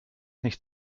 nicht